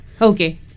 Okay